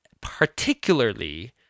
Particularly